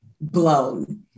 blown